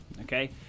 okay